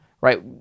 right